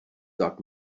doc